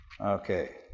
Okay